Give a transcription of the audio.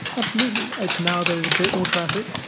absolutely. it's now, there's a bit more traffic.